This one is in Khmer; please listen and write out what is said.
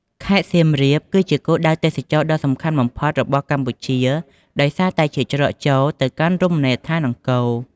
ខេត្តសៀមរាប គឺជាគោលដៅទេសចរណ៍ដ៏សំខាន់បំផុតរបស់កម្ពុជា ដោយសារតែជាច្រកចូលទៅកាន់រមណីយដ្ឋានអង្គរ។